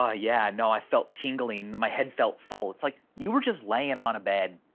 ah yeah, no, i felt tingling, my head felt full. it's like you were just laying on a bed.